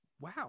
wow